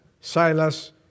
Silas